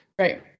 Right